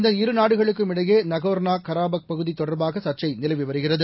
இந்த இருநாடுகளுக்கும் இடையே நகோர்னோ கராபக் பகுதி தொடர்பாக சர்ச்சை நிலவி வருகிறது